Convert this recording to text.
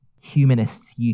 Humanists